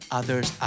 others